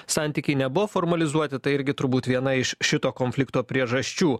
santykiai nebuvo formalizuoti tai irgi turbūt viena iš šito konflikto priežasčių